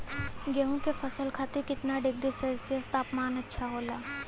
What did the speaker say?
गेहूँ के फसल खातीर कितना डिग्री सेल्सीयस तापमान अच्छा होला?